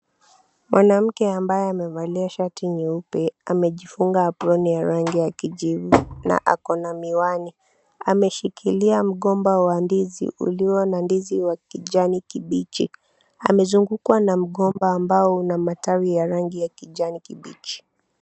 Mwanamke ambaye amevalia shati nyeupe amejifunga aproni ya rangi ya kijivu na akona miwani. Ameshikilia mgomba wa ndizi ulio na ndizi wa kijani kibichi. Amezungukwa na mgomba ambao una matawi ya rangi ya kijani kibichi.